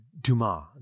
Dumas